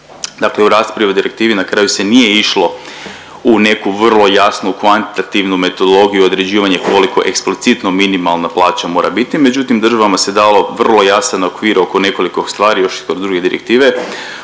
Dakle u raspravi o direktivi na kraju se nije išlo u neku vrlo jasnu kvantitativnu metodologiju određivanja koliko eksplicitno minimalna plaća mora biti, međutim, država se dalo vrlo jasan okvir oko nekoliko stvari još i kod druge direktive,